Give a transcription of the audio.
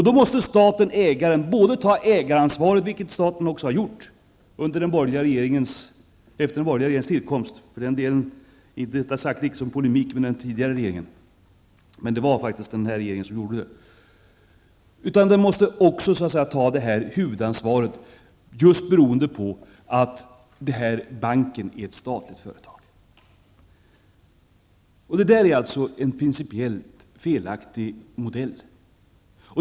Då måste staten/ägaren både ta ägaransvaret, vilket staten också har gjort efter den borgerliga regeringens tillkomst -- detta icke sagt som polemik mot den tidigare regeringen, men det var faktiskt den här regeringen som gjorde det -- och huvudansvaret, just beroende på att banken är ett statligt företag. Detta är alltså en principiellt felaktig modell.